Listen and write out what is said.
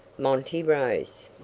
monty rose.